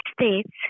States